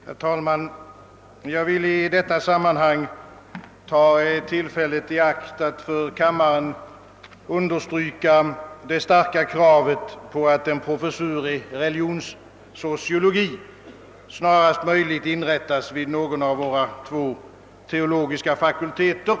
Herr talman! Jag vill i detta sammanhang ta tillfället i akt att för kammaren understryka det starka kravet på att en professur i religionssociologi snarast möjligt inrättas vid någon av våra två teologiska fakulteter.